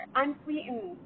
unsweetened